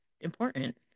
important